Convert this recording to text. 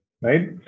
right